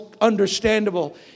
understandable